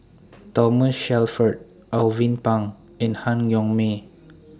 Thomas Shelford Alvin Pang and Han Yong May